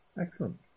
Excellent